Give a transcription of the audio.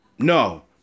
No